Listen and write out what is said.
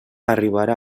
arribarà